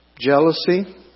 Jealousy